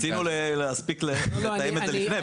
רצינו להספיק לסיים את זה לפני.